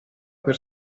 per